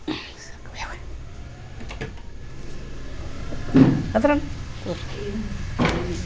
ಅದ್ರಲ್ಲಿ